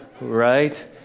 Right